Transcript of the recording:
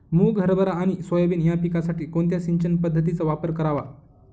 मुग, हरभरा आणि सोयाबीन या पिकासाठी कोणत्या सिंचन पद्धतीचा वापर करावा?